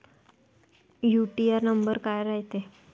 UTR number काय रायते?